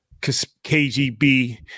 KGB